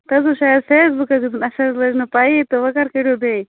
تُہۍ حظ شاید فیس بُکَس دیُتمُت اَسہِ حظ لٔج نہٕ پَیی تہٕ وۅنۍ کَر کٔرِو بیٚیہِ